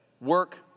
work